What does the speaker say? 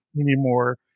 anymore